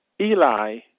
Eli